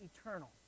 eternal